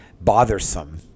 bothersome